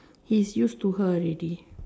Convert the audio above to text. he is used to her already